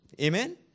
Amen